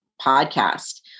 podcast